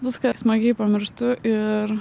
viską ir smagiai pamirštu ir